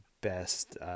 best